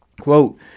Quote